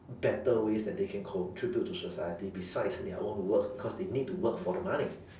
better ways that they can contribute to society besides their own work because they need to work for the money